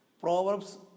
Proverbs